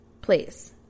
Please